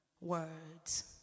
words